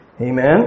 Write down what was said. Amen